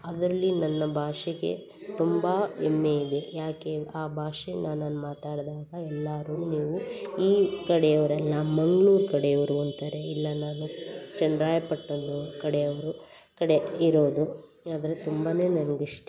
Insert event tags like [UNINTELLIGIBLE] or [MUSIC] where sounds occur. ಅದರಲ್ಲಿ ನನ್ನ ಭಾಷೆಗೆ ತುಂಬ ಹೆಮ್ಮೆ ಇದೆ ಯಾಕೆ ಆ ಭಾಷೆ ನಾನು ಅಲ್ಲಿ ಮಾತಾಡಿದಾಗ ಎಲ್ಲರೂ ನೀವು ಈ ಕಡೆಯೋರಲ್ಲ ಮಂಗ್ಳೂರು ಕಡೆಯೋರು ಅಂತಾರೆ ಇಲ್ಲ ನಾನು [UNINTELLIGIBLE] ಕಡೆಯೋರು ಈ ಕಡೆ ಇರೋದು ಆದರೆ ತುಂಬನೇ ನನ್ಗೆ ಇಷ್ಟ